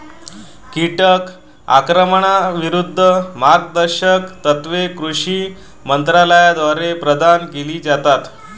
कीटक आक्रमणाविरूद्ध मार्गदर्शक तत्त्वे कृषी मंत्रालयाद्वारे प्रदान केली जातात